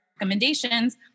recommendations